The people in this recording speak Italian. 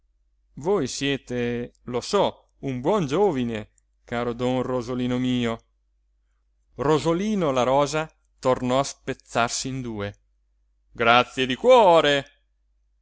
voi siete lo so un buon giovine caro don rosolino mio rosolino la rosa tornò a spezzarsi in due grazie di cuore